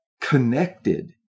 connected